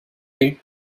you